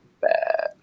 bad